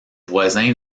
voisin